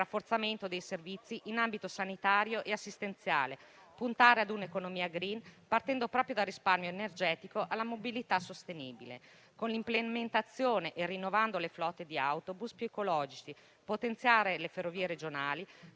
rafforzamento dei servizi in ambito sanitario e assistenziale; puntare su un'economia *green*, partendo proprio dal risparmio energetico e dalla mobilità sostenibile con l'implementazione e il rinnovamento delle flotte degli autobus, con mezzi più ecologici; potenziare le ferrovie regionali,